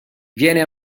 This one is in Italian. viene